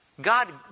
God